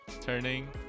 turning